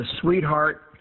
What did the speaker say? sweetheart